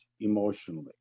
emotionally